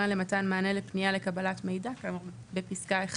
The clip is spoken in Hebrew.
למתן מענה לפנייה לקבלת מידע כאמור בפסקה (1),